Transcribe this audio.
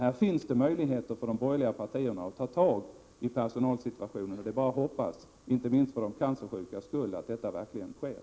Det finns möjligheter för de borgerliga partierna att ta tag i personalsituationen, och det är bara att hoppas — inte minst för de cancersjukas skull — att detta verkligen sker.